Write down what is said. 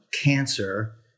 cancer